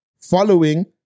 following